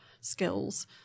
skills